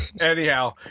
Anyhow